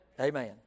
Amen